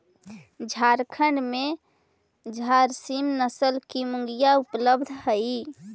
झारखण्ड में झारसीम नस्ल की मुर्गियाँ उपलब्ध हई